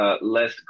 less